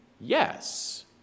yes